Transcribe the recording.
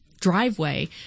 driveway